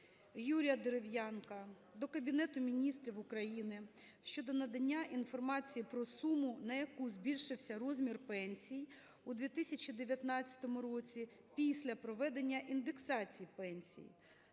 Юрія Дерев'янка до Кабінету Міністрів України щодо надання інформації про суму, на яку збільшився розмір пенсій у 2019 році після проведення індексації пенсій,